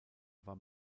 war